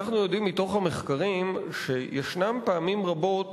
אנחנו יודעים מתוך מחקרים שפעמים רבות